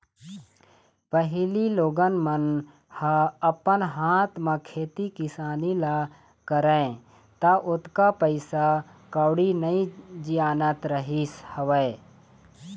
पहिली लोगन मन ह अपन हाथ म खेती किसानी ल करय त ओतका पइसा कउड़ी नइ जियानत रहिस हवय